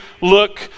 look